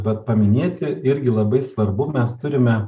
vat paminėti irgi labai svarbu mes turime